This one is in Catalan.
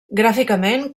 gràficament